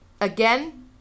Again